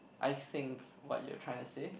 I think what you're trying to say